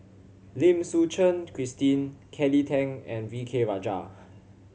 Lim Suchen Christine Kelly Tang and V K Rajah